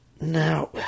now